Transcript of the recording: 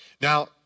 Now